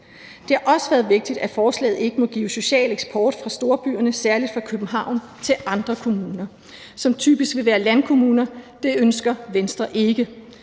Det har også været vigtigt, at forslaget ikke må give social eksport fra storbyerne, særlig fra København til andre kommuner, som typisk vil være landkommuner. Det ønsker Venstre ikke.